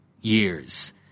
years